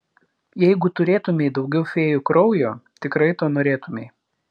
jeigu turėtumei daugiau fėjų kraujo tikrai to norėtumei